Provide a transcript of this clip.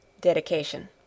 DEDICATION